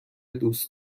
دوست